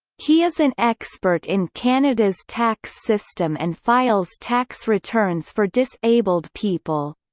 he is an expert in canada's tax system and files tax returns for disabled people.